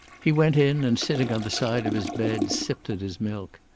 he went in and sitting on the side of his bed sipped at his milk.